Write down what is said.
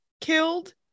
killed